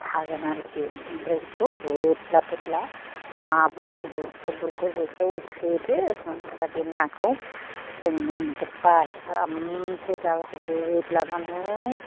थागोन आरिखि ओमफ्राय बिदिखौ बोदला बोदला हाबुखौ बुरख' बुरख' जेखाइयाव सोदो होमबाना बे नाखौ जों मोनजोबबाय आरामसे जायगाखौ बोदलानानै